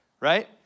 right